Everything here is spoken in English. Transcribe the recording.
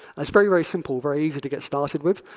it's very, very simple. very easy to get started with.